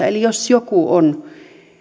eli jos joku on